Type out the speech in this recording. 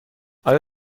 آیا